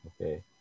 Okay